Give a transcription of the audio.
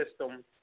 system